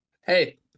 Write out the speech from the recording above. Hey